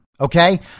Okay